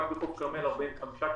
רק בחוף כרמל 45 ק"מ.